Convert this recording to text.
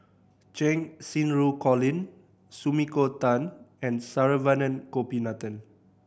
Cheng Xinru Colin Sumiko Tan and Saravanan Gopinathan